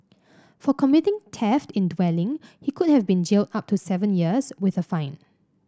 for committing theft in dwelling he could have been jailed up to seven years with a fine